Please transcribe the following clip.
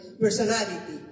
personality